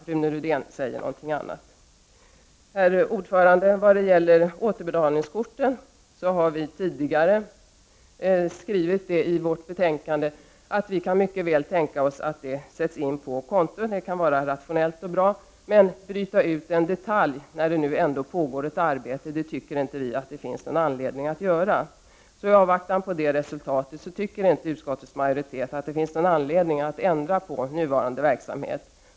Rune Rydén säger någonting annat. Herr talman! När det gäller återbetalningskorten har vi i utskottsmajoriteten tidigare skrivit att vi mycket väl kan tänka oss att medlen sätts in på konton — det kan vara rationellt och bra — men att det nu, när det ändå pågår ett arbete, inte finns någon anledning att bryta ut en detalj. I avvaktan på resultatet anser utskottets majoritet att man inte skall ändra på nuvarande verksamhet.